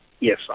Yes